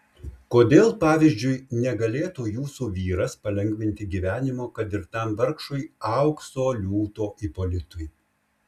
kodėl pavyzdžiui negalėtų jūsų vyras palengvinti gyvenimo kad ir tam vargšui aukso liūto ipolitui